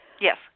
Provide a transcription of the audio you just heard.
Yes